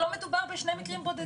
לא מדובר בשני מקרים בודדים.